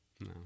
No